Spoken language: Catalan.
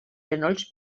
genolls